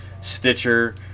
Stitcher